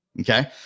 okay